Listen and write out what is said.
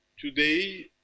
today